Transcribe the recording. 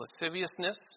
lasciviousness